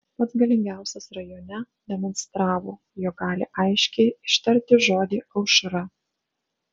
pats galingiausias rajone demonstravo jog gali aiškiai ištarti žodį aušra